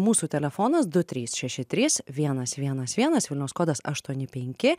mūsų telefonas du trys šeši trys vienas vienas vienas vilniaus kodas aštuoni penki